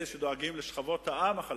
אלה שדואגים לשכבות העם החלשות,